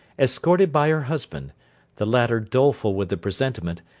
escorted by her husband the latter doleful with the presentiment,